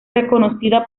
reconocida